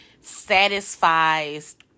satisfies